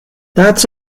that’s